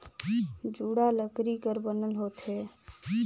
जुड़ा लकरी कर बनल होथे